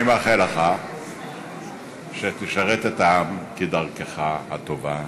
אני מאחל לך שתשרת את העם כדרכך הטובה,